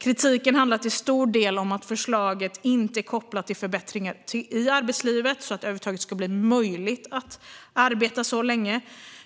Kritiken handlar till stor del om att förslaget inte är kopplat till förbättringar i arbetslivet så att det över huvud taget blir möjligt att arbeta så länge.